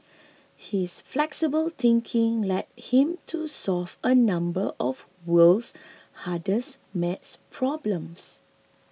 his flexible thinking led him to solve a number of the world's hardest maths problems